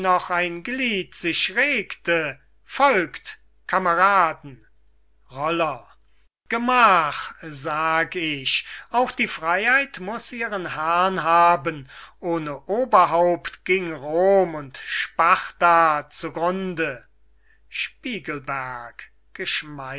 noch ein glied sich regte folgt kameraden roller gemach sag ich auch die freyheit muß ihren herrn haben ohne oberhaupt gieng rom und sparta zu grunde spiegelberg